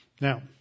Now